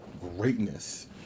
greatness